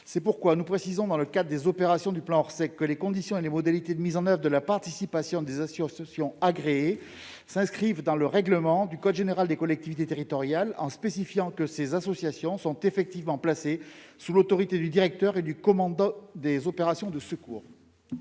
des opérations de secours. Dans le cadre des opérations du plan Orsec, les conditions et les modalités de mise en oeuvre de la participation des associations agréées s'inscrivent dans le règlement du code général des collectivités territoriales, et ces associations sont effectivement placées sous l'autorité du directeur et du commandant des opérations de secours.